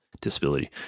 Disability